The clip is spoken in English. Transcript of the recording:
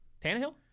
Tannehill